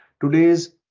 Today's